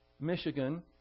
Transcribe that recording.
Michigan